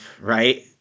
right